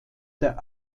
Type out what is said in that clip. der